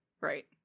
Right